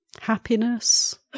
happiness